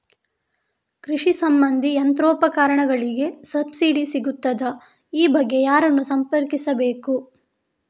ಕೃಷಿ ಸಂಬಂಧಿ ಯಂತ್ರೋಪಕರಣಗಳಿಗೆ ಸಬ್ಸಿಡಿ ಸಿಗುತ್ತದಾ? ಈ ಬಗ್ಗೆ ಯಾರನ್ನು ಸಂಪರ್ಕಿಸಬೇಕು?